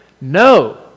No